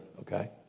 okay